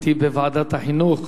הייתי בוועדת החינוך,